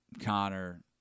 Connor